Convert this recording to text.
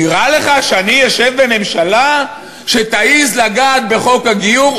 נראה לך שאני אשב בממשלה שתעז לגעת בחוק הגיור?